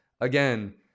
again